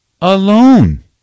alone